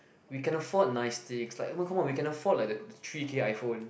we can afford nice things cause like almost come out we cannot afford like a three K iPhone